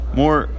more